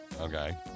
okay